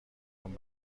اون